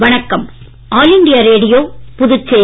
வணக்கம் all India radio Puducherry